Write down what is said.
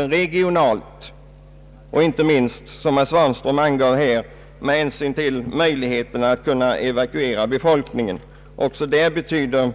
Som herr Svanström här nämnde har denna beredskap planlagts med hänsyn till möjligheterna att kunna evakuera befolkningen. Också därvidlag betyder